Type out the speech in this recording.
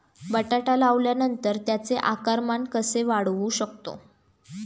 बटाटा लावल्यानंतर त्याचे आकारमान कसे वाढवू शकतो?